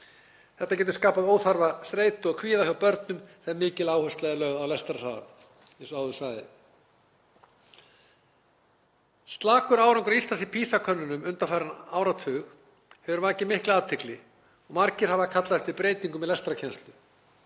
Þetta getur skapað óþarfa streitu og kvíða hjá börnum þegar mikil áhersla er lögð á lestrarhraða eins og áður sagði. Slakur árangur Íslands í PISA-könnunum undanfarinn áratug hefur vakið mikla athygli og margir hafa kallað eftir breytingum í lestrarkennslu.